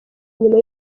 nyuma